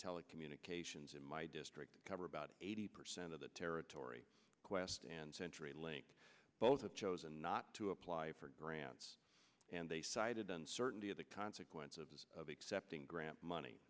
telecommunications in my district cover about eighty percent of the territory qwest and century link both chose not to apply for grants and they cited uncertainty of the consequences of accepting grant money